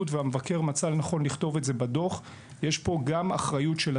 והמבקר מצא לנכון לכתוב גם את זה בדוח: יש פה אחריות גם